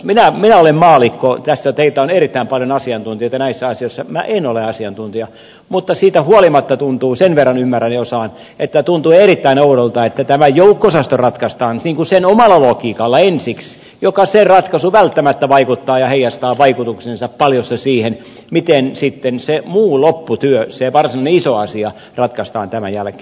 minä olen maallikko tässä teitä on erittäin paljon asiantuntijoita näissä asioissa minä en ole asiantuntija mutta siitä huolimatta tuntuu sen verran ymmärrän ja osaan erittäin oudolta että tämä joukko osasto ratkaistaan sen omalla logiikalla ensiksi joka se ratkaisu välttämättä vaikuttaa ja heijastaa vaikutuksensa paljossa siihen miten sitten se muu lopputyö se varsinainen iso asia ratkaistaan tämän jälkeen